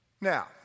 Now